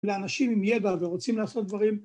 לאנשים עם ידע ורוצים לעשות דברים